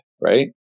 right